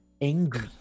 Angry